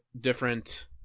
different